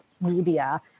media